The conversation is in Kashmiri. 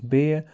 بیٚیہِ